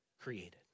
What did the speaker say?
created